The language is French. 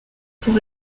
sont